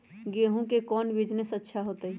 गेंहू के कौन बिजनेस अच्छा होतई?